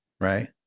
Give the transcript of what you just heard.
right